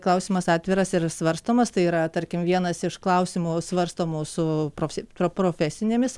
klausimas atviras ir svarstomas tai yra tarkim vienas iš klausimų svarstomų su profs pro profesinėmis